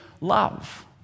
Love